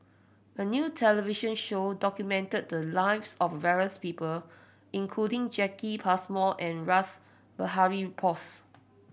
a new television show documented the lives of various people including Jacki Passmore and Rash Behari Bose